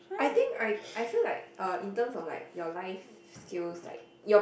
I think I I feel like uh in terms of like your life skills like your